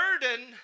burden